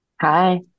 Hi